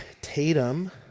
tatum